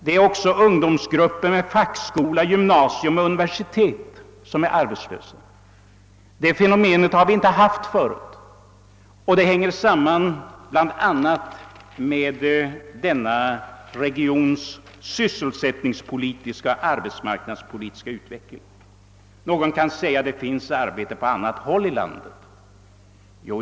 Det är också ungdomsgrupper med fackskola, gymnasium och universitet som är arbetslösa. Det fenomenet har vi inte haft förut, och det hänger samman bl.a. med denna regions sysselsättningspolitiska och arbetsmarknadspolitiska utveckling. Någon kan säga: Det finns arbete på annat håll i landet.